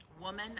woman